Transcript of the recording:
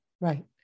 right